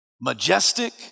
majestic